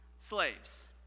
slaves